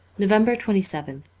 november twenty seventh